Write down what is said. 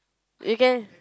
you can